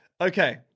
Okay